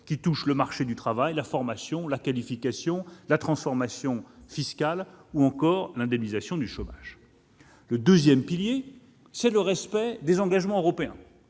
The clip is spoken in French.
depuis 2017 : le marché du travail, la formation, la qualification, la transformation fiscale, ou encore l'indemnisation du chômage. Le deuxième pilier, c'est le respect des engagements européens.